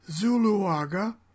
Zuluaga